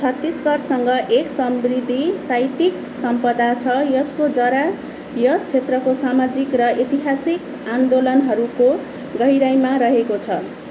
छत्तिसगढसँग एक समृद्धि साहित्यिक सम्पदा छ यसको जरा यस क्षेत्रको सामाजिक र इतिहासिक आन्दोलनहरूको गहिराइमा रहेको छ